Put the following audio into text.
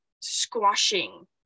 squashing